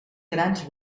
grans